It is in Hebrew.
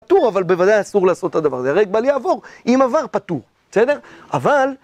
פטור אבל בוודאי אסור לעשות את הדבר הזה, יהרג ובל יעבור, אם עבר פטור, בסדר? אבל...